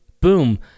boom